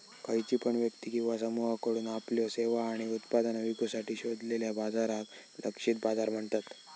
खयची पण व्यक्ती किंवा समुहाकडुन आपल्यो सेवा आणि उत्पादना विकुसाठी शोधलेल्या बाजाराक लक्षित बाजार म्हणतत